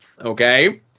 Okay